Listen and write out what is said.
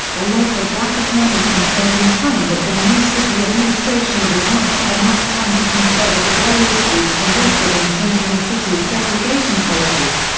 a local black attorney complained in time that the new city administration did not have enough time to confer with the various groups invested in changing the city's segregation policies.